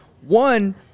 one